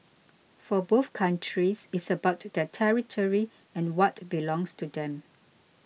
for both countries it's about their territory and what belongs to them